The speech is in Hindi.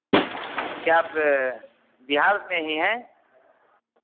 क्या आप बिहार में ही हैं